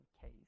case